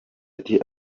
ati